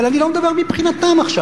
אבל אני לא מדבר מבחינתם עכשיו.